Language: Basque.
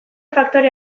faktore